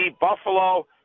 Buffalo